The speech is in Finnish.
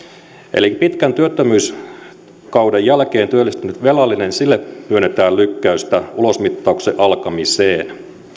eli pitkän työttömyyskauden jälkeen työllistyneelle velalliselle myönnetään lykkäystä ulosmittauksen alkamiseen